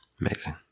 Amazing